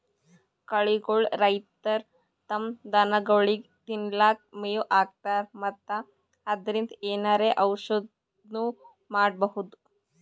ಕಳಿಗೋಳ್ ರೈತರ್ ತಮ್ಮ್ ದನಗೋಳಿಗ್ ತಿನ್ಲಿಕ್ಕ್ ಮೆವ್ ಹಾಕ್ತರ್ ಮತ್ತ್ ಅದ್ರಿನ್ದ್ ಏನರೆ ಔಷದ್ನು ಮಾಡ್ಬಹುದ್